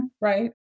right